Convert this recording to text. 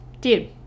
dude